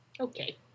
Okay